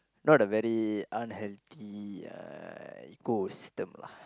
not a very unhealthy ecosystem lah